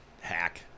hack